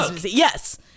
Yes